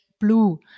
blue